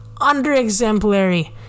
under-exemplary